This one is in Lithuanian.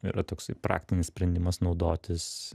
yra toksai praktinis sprendimas naudotis